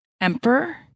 Emperor